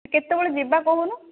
କେତବେଳେ ଯିବା କହୁନୁ